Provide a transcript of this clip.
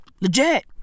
Legit